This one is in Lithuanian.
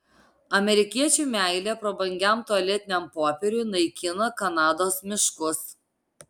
amerikiečių meilė prabangiam tualetiniam popieriui naikina kanados miškus